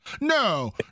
No